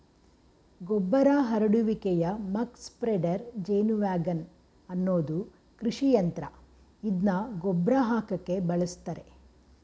ಗೊಬ್ಬರ ಹರಡುವಿಕೆಯ muck spreader ಜೇನುವ್ಯಾಗನ್ ಅನ್ನೋದು ಕೃಷಿಯಂತ್ರ ಇದ್ನ ಗೊಬ್ರ ಹಾಕಕೆ ಬಳುಸ್ತರೆ